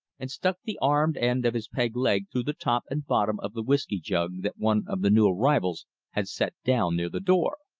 and stuck the armed end of his peg-leg through the top and bottom of the whisky jug that one of the new arrivals had set down near the door.